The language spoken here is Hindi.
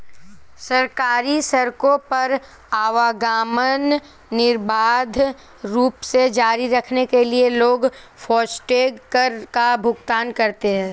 सरकारी सड़कों पर आवागमन निर्बाध रूप से जारी रखने के लिए लोग फास्टैग कर का भुगतान करते हैं